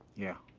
yeah.